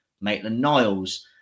Maitland-Niles